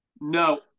No